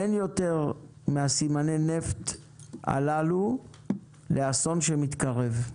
אין יותר מסימני הנפט הללו לאסון שמתקרב.